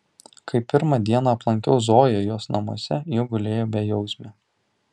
kai pirmą dieną aplankiau zoją jos namuose ji gulėjo bejausmė